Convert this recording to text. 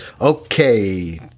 Okay